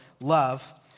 love